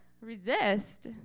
Resist